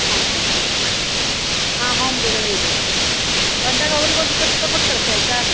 ಆಯ್ತು ಆಯ್ತು ಮೇಡಮ್ ಮತ್ತೆ ಹಾಂ ಹೋಮ್ ಡೆಲಿವರಿ ಇದೆ ಬಂದಾಗ ಅವ್ರಿಗೊಂದು ಇಪ್ಪತ್ತು ರೂಪಾಯಿ ಕೊಟ್ಟುಕಳ್ಸಿ ಆಯಿತಾ